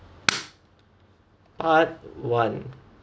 part one